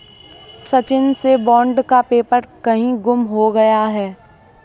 सचिन से बॉन्ड का पेपर कहीं गुम हो गया है